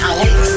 Alex